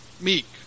meek